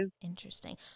Interesting